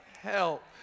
help